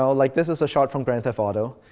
so like, this is a shot from grand theft auto.